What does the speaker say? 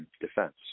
defense